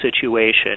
situation